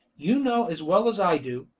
you know as well as i do,